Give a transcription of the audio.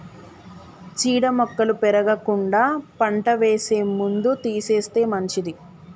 చీడ మొక్కలు పెరగకుండా పంట వేసే ముందు తీసేస్తే మంచిది